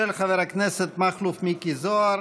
של חבר הכנסת מכלוף מיקי זוהר.